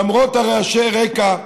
למרות רעשי הרקע,